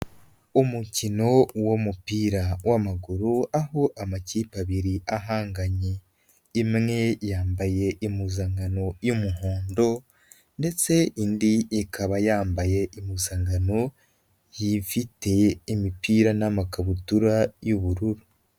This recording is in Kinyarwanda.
Umukino w'umupira w'amaguru aho amakipe abiri ahanganye, imwe yambaye impuzankano y'umuhondo ndetse indi ikaba yambaye impuzangano yifite imipira n'amakabutura y'ubururu.